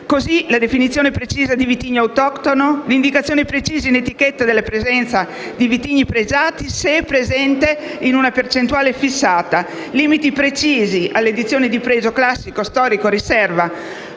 qui la definizione precisa di vitigno autoctono, l'indicazione precisa in etichetta della presenza di vitigni pregiati, se presenti in una percentuale fissata, limiti precisi alle dizioni di pregio classico, storico, riserva;